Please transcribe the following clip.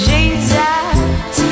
Jesus